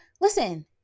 listen